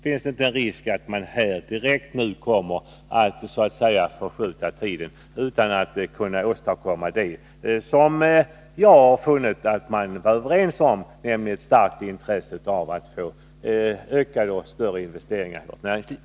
Finns det inte en risk för att vi nu försitter tiden utan att kunna åstadkomma det som jag har funnit att vi är överens om — nämligen att få större investeringar för näringslivet?